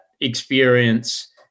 experience